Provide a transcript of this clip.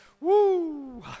Woo